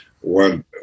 One